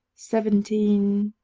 seventeen.